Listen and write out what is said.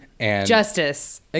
Justice